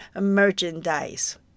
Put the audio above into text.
merchandise